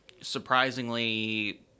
Surprisingly